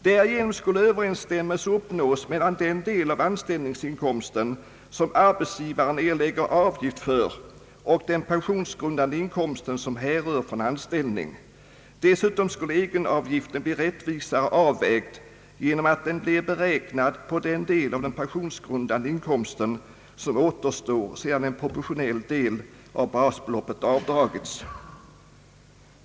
Därigenom skulle överensstämmelse uppnås mellan den del av anställningsinkomsten som arbetsgivaren er lägger avgift för och den pensionsgrundande inkomsten som härrör från anställning. Dessutom skulle egenavgiften bli rättvisare avvägd genom att den blev beräknad på den del av den pensionsgrundande inkomsten som återstår sedan en proportionell del av basbeloppet avdragits.